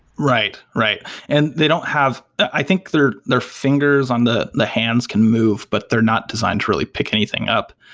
right, and they don't have i think through their fingers on the the hands can move, but they're not designed to really pick anything up.